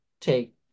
take